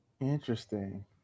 Interesting